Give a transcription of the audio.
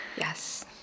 Yes